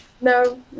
No